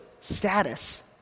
status